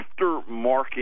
aftermarket